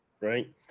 right